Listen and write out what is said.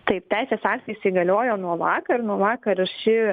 taip teisės aktai įsigaliojo nuo vakar nuo vakar ir ši